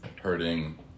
hurting